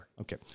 Okay